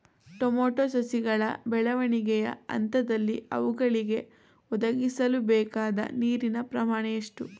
Tomato ಸಸಿಗಳ ಬೆಳವಣಿಗೆಯ ಹಂತದಲ್ಲಿ ಅವುಗಳಿಗೆ ಒದಗಿಸಲುಬೇಕಾದ ನೀರಿನ ಪ್ರಮಾಣ ಎಷ್ಟು?